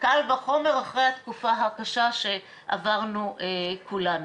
קל וחומר אחרי התקופה הקשה שעברנו כולנו.